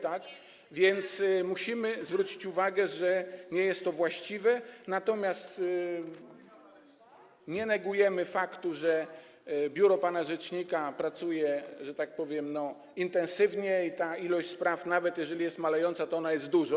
to musimy zwrócić uwagę, że nie jest to właściwe, natomiast nie negujemy faktu, że biuro pana rzecznika pracuje, że tak powiem, intensywnie i ilość spraw, nawet jeżeli jest malejąca, jest duża.